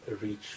reach